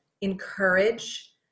encourage